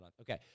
Okay